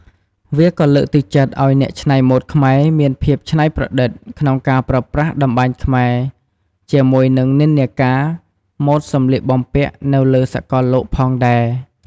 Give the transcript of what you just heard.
វាក៏លើកទឹកចិត្តឱ្យអ្នកច្នៃម៉ូដខ្មែរមានភាពច្នៃប្រឌិតក្នុងការប្រើប្រាស់តម្បាញខ្មែរជាមួយនឹងនិន្នាការម៉ូដសម្លៀកបំពាក់់នៅលើសកលលោកផងដែរ។